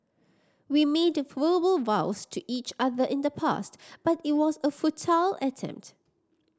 we made verbal vows to each other in the past but it was a futile attempt